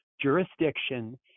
jurisdiction